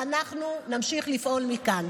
ואנחנו נמשיך לפעול מכאן.